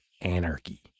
anarchy